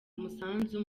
umusanzu